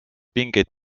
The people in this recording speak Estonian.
pingeid